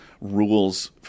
rules